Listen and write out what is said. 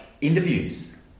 interviews